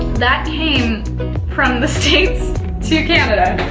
that came from the states to canada.